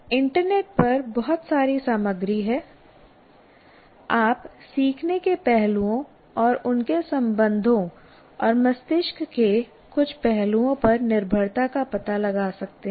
internet पर बहुत सारी सामग्री है आप सीखने के पहलुओं और उनके संबंधों और मस्तिष्क के कुछ पहलुओं पर निर्भरता का पता लगा सकते हैं